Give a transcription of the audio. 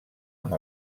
amb